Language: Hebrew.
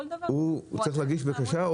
הוא צריך להגיש בקשה?